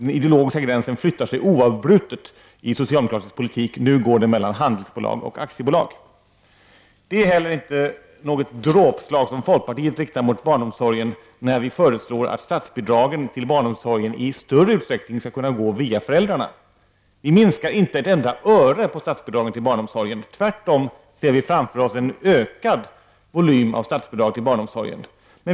Den ideologiska gränsen flyttar sig oavbrutet i socialdemokratisk politik. Nu går den mellan handelsbolag och aktiebolag. Det är inte heller något dråpslag som folkpartiet riktar mot barnomsorgen när vi föreslår att statsbidragen till barnomsorgen i större utsträckning skall kunna gå via föräldrarna. Vi minskar inte ett enda öre på statsbidragen till barnomsorgen. Vi ser tvärtom framför oss en ökad volym av statsbidrag till barnomsorgen.